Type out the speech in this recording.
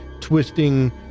twisting